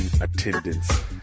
attendance